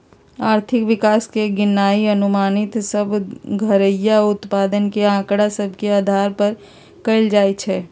आर्थिक विकास के गिननाइ अनुमानित सभ घरइया उत्पाद के आकड़ा सभ के अधार पर कएल जाइ छइ